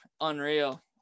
unreal